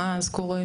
מה אז קורה?